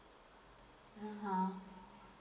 a'ah